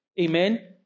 Amen